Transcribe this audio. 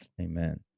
Amen